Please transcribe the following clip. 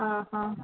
आं हां